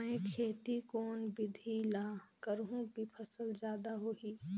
मै खेती कोन बिधी ल करहु कि फसल जादा होही